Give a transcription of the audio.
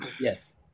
Yes